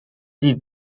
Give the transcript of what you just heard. die